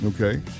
Okay